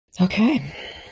Okay